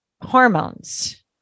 hormones